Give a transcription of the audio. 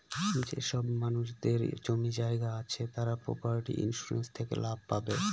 যেসব মানুষদের জমি জায়গা আছে তারা প্রপার্টি ইন্সুরেন্স থেকে লাভ পাবে